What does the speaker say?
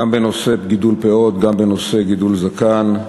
גם בנושא גידול פאות וגם בנושא גידול זקן,